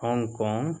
Hong Kong